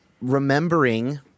remembering